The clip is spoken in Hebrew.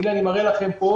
הינה, אני מראה לכם פה.